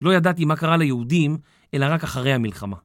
לא ידעתי מה קרה ליהודים, אלא רק אחרי המלחמה.